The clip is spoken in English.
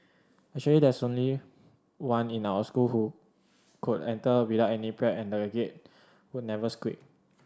actually there was only one in our school who could enter without any prep and the Gate would never squeak